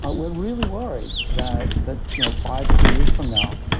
ah we're really worried that that you know five, ten years from now,